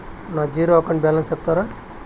నా zero account balance సెప్తారా?